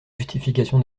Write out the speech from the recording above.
justification